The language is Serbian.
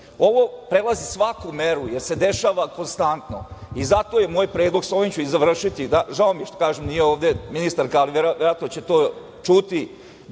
prelazi svaku meru jer se dešava konstantno i zato je moj predlog, sa ovim ću i završiti, žao mi je, kažem, što nije ovde ministarka, ali verovatno će to čuti,